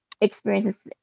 experiences